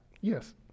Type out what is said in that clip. Yes